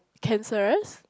cancerous